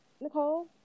Nicole